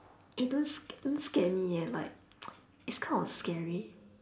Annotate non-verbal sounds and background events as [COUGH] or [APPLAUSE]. eh don't sca~ don't scare me eh like [NOISE] it's kind of scary